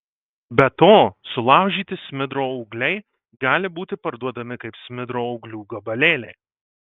be to sulaužyti smidro ūgliai gali būti parduodami kaip smidro ūglių gabalėliai